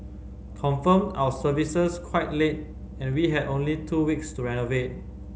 confirmed our services quite late and we had only two weeks to renovate